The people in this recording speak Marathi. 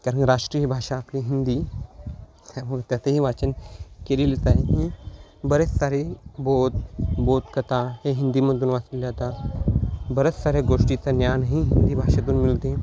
कारण राष्ट्रीय भाषा आपली हिंदी त्यामुळं त्याचही वाचन केलेलेच आहे बरेच सारे बोध बोधकथा हे हिंदीमधून वाचले जातं बऱ्याच साऱ्या गोष्टीचं ज्ञानही हिंदी भाषेतून मिळते